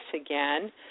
again